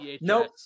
nope